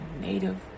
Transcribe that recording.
Native